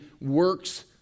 works